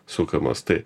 sukamas tai